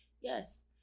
Yes